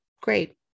Great